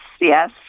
yes